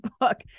book